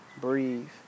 breathe